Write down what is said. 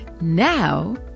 now